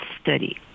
study